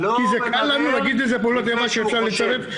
כי זה קל להגיד פעולות איבה שאפשר לצרף?